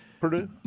Purdue